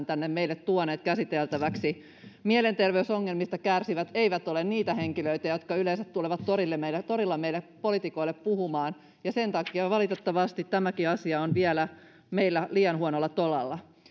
tänne meille tuoneet käsiteltäväksi mielenterveysongelmista kärsivät eivät ole niitä henkilöitä jotka yleensä tulevat torilla meille poliitikoille puhumaan ja sen takia valitettavasti tämäkin asia on vielä meillä liian huonolla tolalla